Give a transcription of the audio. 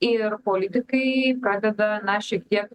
ir politikai pradeda na šiek tiek